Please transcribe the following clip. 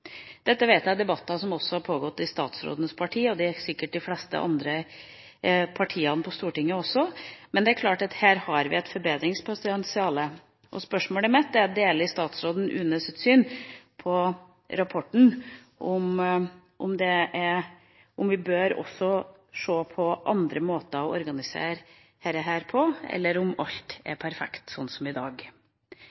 har pågått i statsrådens parti, og det gjelder sikkert de fleste andre partiene på Stortinget, men det er klart at her har vi et forbedringspotensial. Spørsmålet mitt er: Deler statsråden UNEs syn på rapporten, og bør vi også se på andre måter å organisere dette på, eller er alt